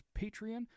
Patreon